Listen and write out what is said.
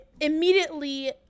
immediately